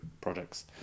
projects